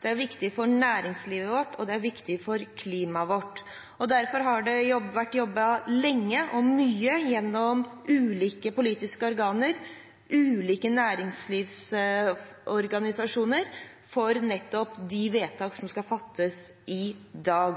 det er viktig. Transport er viktig for østfoldingen, viktig for næringslivet vårt og viktig for klimaet vårt. Derfor har det vært jobbet lenge og mye gjennom ulike politiske organer og ulike næringslivsorganisasjoner for nettopp de vedtak som skal fattes i dag.